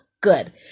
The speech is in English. good